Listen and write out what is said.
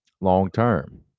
long-term